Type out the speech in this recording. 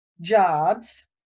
jobs